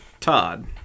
Todd